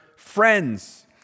friends